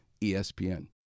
ESPN